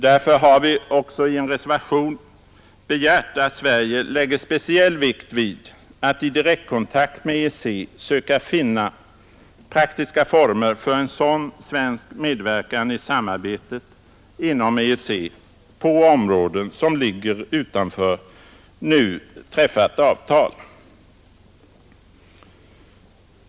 Därför har vi också i en reservation begärt att Sverige lägger speciell vikt vid att i direktkontakt med EEC söka finna praktiska former för en sådan svensk medverkan i samarbetet inom EEC på områden som ligger utanför nu träffat avtal.